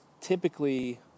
Typically